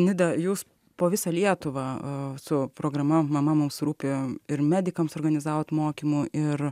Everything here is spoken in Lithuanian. nida jūs po visą lietuvą a su programa mama mums rūpi ir medikams organizavot mokymų ir